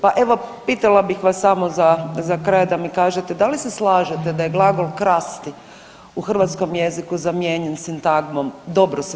Pa evo pitala bih vas samo za, za kraj da mi kažete da li se slažete da je glagol krasti u hrvatskom jeziku zamijenjen sintagmom dobro se snaći.